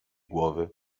głowy